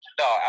No